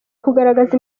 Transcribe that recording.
kugaragaza